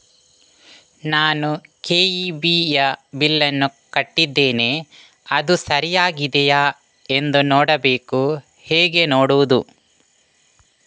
ನಾನು ಕೆ.ಇ.ಬಿ ಯ ಬಿಲ್ಲನ್ನು ಕಟ್ಟಿದ್ದೇನೆ, ಅದು ಸರಿಯಾಗಿದೆಯಾ ಎಂದು ನೋಡಬೇಕು ಹೇಗೆ ನೋಡುವುದು?